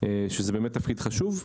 שזה באמת תפקיד חשוב.